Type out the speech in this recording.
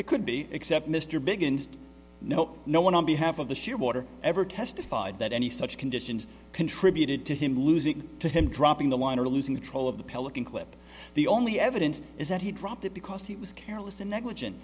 it could be except mr big and no no one on behalf of the shearwater ever testified that any such conditions contributed to him losing to him dropping the line or losing control of the pelican clip the only evidence is that he dropped it because he was careless and negligent